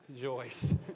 Joyce